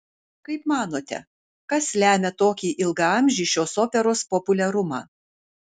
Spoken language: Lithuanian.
kaip manote kas lemia tokį ilgaamžį šios operos populiarumą